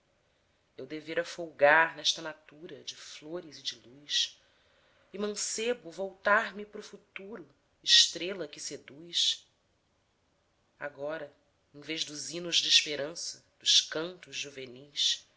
eu devera folgar nesta natura de flores e de luz e mancebo voltar me pro futuro estrela que seduz agora em vez dos hinos desperança dos cantos juvenis